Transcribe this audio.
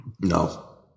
No